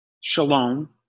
shalom